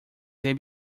they